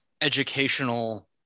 educational